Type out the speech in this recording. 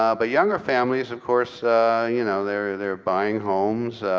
ah but younger families of course you know they're they're buying homes.